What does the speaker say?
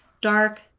dark